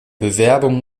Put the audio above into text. bewerbung